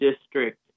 District